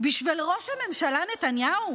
בשביל ראש הממשלה נתניהו?